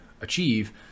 achieve